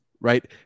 Right